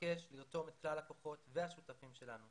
ומבקש לרתום את כלל הכוחות והשותפים שלנו